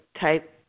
type